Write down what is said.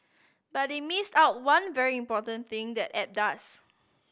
but they missed out one very important thing that the app does